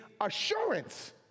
assurance